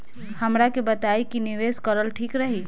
हमरा के बताई की निवेश करल ठीक रही?